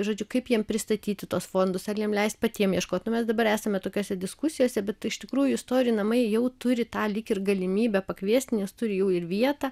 žodžiu kaip jiem pristatyti tuos fondus ar jiem leist patiem ieškot nu mes dabar esame tokiose diskusijose bet iš tikrųjų istorijų namai jau turi tą lyg ir galimybę pakviesti nes turi jų ir vietą